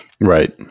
Right